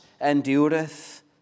endureth